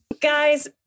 Guys